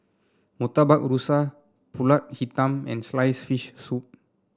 Murtabak Rusa pulut hitam and sliced fish soup